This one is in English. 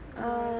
what